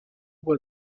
was